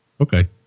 Okay